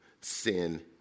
Sin